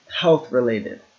health-related